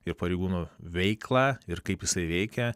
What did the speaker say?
ir pareigūnų veiklą ir kaip jisai veikia